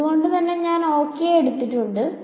അതുകൊണ്ട് തന്നെ ഞാൻ ഓകെ എടുത്തിട്ടുണ്ട്